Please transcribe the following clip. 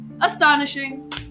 Astonishing